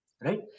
Right